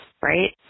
right